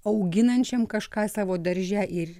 auginančiam kažką savo darže ir